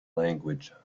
language